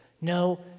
no